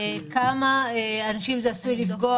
בכמה אנשים זה עשוי לפגוע,